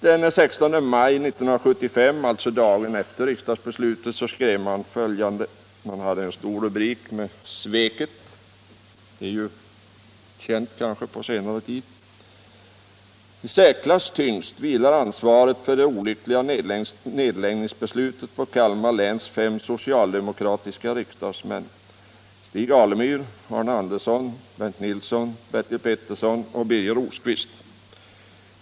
Den 16 maj 1975, alltså dagen efter riksdagsbeslutet, skrev man under en stor rubrik, ”Sveket!” — och det är ju ett känt begrepp på senare tid: ”I särklass tyngst vilar ansvaret för det olyckliga nedläggningsbeslutet på Kalmar läns fem socialdemokratiska riksdagsmän: Stig Alemyr, Arne Andersson, Bernt Nilsson, Bertil Pettersson och Birger Rosqvist.